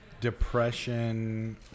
depression